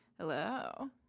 Hello